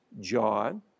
John